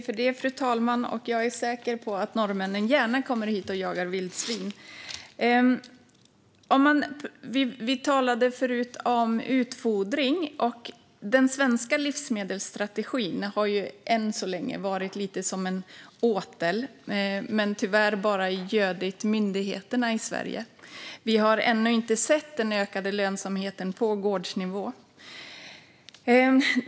Fru talman! Jag är säker på att norrmännen gärna kommer hit och jagar vildsvin. Vi talade förut om utfodring. Den svenska livsmedelsstrategin har än så länge varit lite som en åtel men tyvärr bara gött myndigheterna i Sverige. Vi har ännu inte sett den ökade lönsamheten på gårdsnivå.